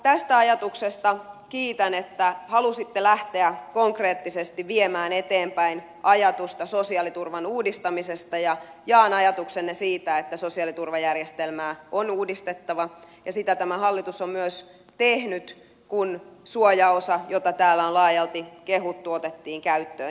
tästä ajatuksesta kiitän että halusitte lähteä konkreettisesti viemään eteenpäin ajatusta sosiaaliturvan uudistamisesta ja jaan ajatuksenne siitä että sosiaaliturvajärjestelmää on uudistettava ja sitä tämä hallitus on myös tehnyt kun suojaosa jota täällä on laajalti kehuttu otettiin käyttöön